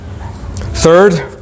third